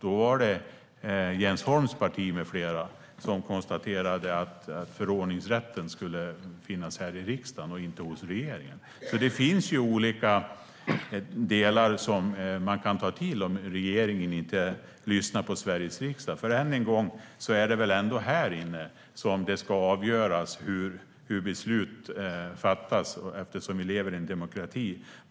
Då var det Jens Holms parti med flera som konstaterade att förordningsrätten skulle finnas i riksdagen och inte hos regeringen. Det finns olika delar som kan åberopas om regeringen inte lyssnar på Sveriges riksdag. Det är väl ändå här inne som det ska avgöras hur beslut fattas. Vi lever ju i en demokrati.